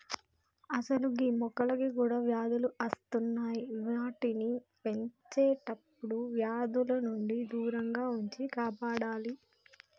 అసలు గీ మొక్కలకి కూడా వ్యాధులు అస్తున్నాయి వాటిని పెంచేటప్పుడు వ్యాధుల నుండి దూరంగా ఉంచి కాపాడాలి